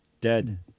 dead